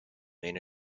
main